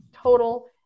total